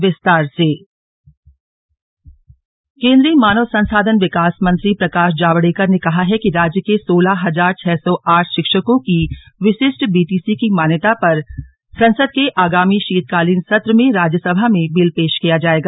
विशिष्ट बीटीसी केंद्रीय मानव संसाधन विकास मंत्री प्रकाश जावड़ेकर ने कहा है कि राज्य के सोलह हजार छह सौ आठ शिक्षकों की विशिष्ट बीटीसी की मान्यता पर संसद के आगामी शीतकालीन सत्र में राज्यसभा में बिल पेश किया जाएगा